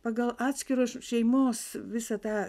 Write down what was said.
pagal atskiros šeimos visą tą